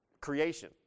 creation